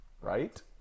right